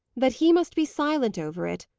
that he must be silent over it,